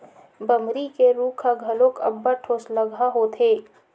बमरी के रूख ह घलो अब्बड़ ठोसलगहा होथे